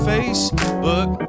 Facebook